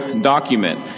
document